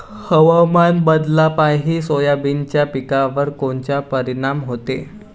हवामान बदलापायी सोयाबीनच्या पिकावर कोनचा परिणाम होते?